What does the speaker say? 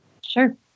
Sure